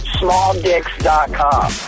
smalldicks.com